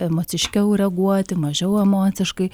emociškiau reaguoti mažiau emociškai